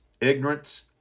ignorance